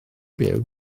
byw